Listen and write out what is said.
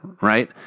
Right